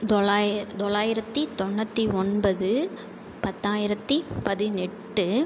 தொள்ளா தொள்ளாயிரத்தி தொன்னுற்றி ஒன்பது பத்தாயிரத்தி பதினெட்டு